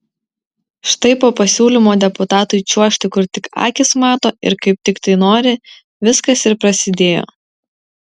štai po pasiūlymo deputatui čiuožti kur tik akys mato ir kaip tik tai nori viskas ir prasidėjo